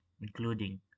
including